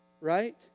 Right